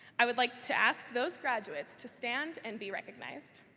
i would like to ask those graduates to stand and be recognized.